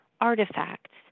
artifacts